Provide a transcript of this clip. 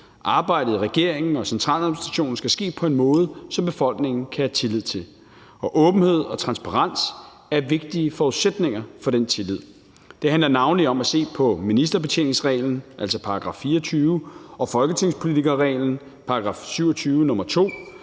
Arbejdet i regeringen og centraladministrationen skal ske på en måde, som befolkningen kan have tillid til. Åbenhed og transparens er vigtige forudsætninger for den tillid. Det handler navnlig om at se på ministerbetjeningsreglen, altså § 24, og folketingspolitikerreglen, § 27, nr. 2,